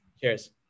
Cheers